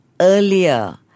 earlier